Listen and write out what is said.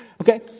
okay